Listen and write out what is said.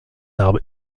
arbre